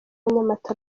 nyamata